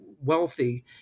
wealthy